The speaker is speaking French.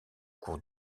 cours